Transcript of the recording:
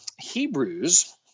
Hebrews